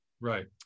Right